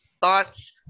thoughts